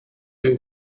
two